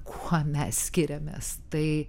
kuo mes skiriamės tai